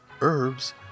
herbs